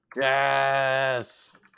Yes